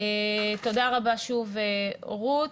תודה רבה שוב, רות.